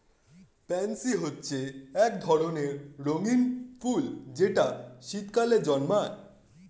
pansy হচ্ছে এক ধরনের রঙিন ফুল যেটা শীতকালে জন্মায়